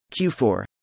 Q4